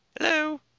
Hello